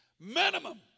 minimum